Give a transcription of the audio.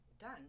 Done